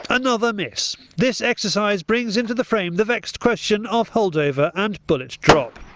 another miss. this exercise brings into the frame the vexed question of holdover and bullet drop.